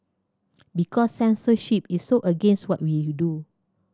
because censorship is so against what we do